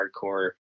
hardcore